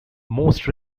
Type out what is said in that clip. most